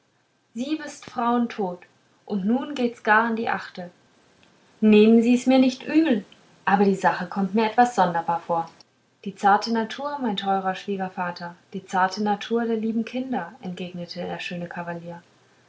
siebest frauen tot und nun geht's gar an die achte nehmen sie's mir nicht übel aber die sache kommt mir etwas sonderbar vor die zarte natur mein teurer schwiegervater die zarte natur der lieben kinder entgegnete der schöne kavalier